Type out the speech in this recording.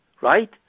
right